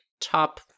top